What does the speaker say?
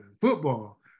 football